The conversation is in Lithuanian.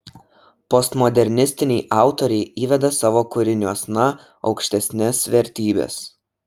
postmodernistiniai autoriai įveda savo kūriniuosna aukštesnes vertybes